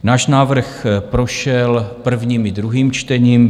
Náš návrh prošel prvním i druhým čtením.